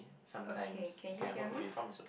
okay can you hear me